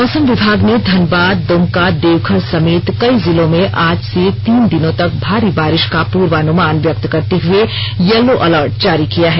मौसम विभाग ने धनबाद द्रमका देवघर समेत कई जिलों में आज से तीन दिनों तक भारी बारि ा का पूर्वानुमान व्यक्त करते हुए येलो अलर्ट जारी किया है